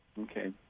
Okay